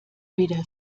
weder